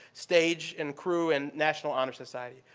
stage and crew, and national honor society.